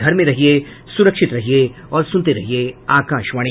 घर में रहिये सुरक्षित रहिये और सुनते रहिये आकाशवाणी